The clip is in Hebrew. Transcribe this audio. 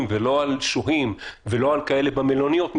ולא על שוהים ולא על כאלה במלוניות.